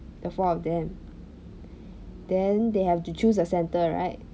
the four of them then they have to choose a centre right